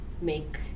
make